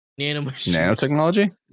Nanotechnology